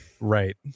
right